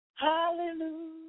Hallelujah